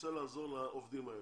שרוצה לעזור לעובדים האלה,